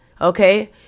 Okay